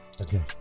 Okay